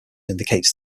indicates